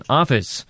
office